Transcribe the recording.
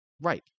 Right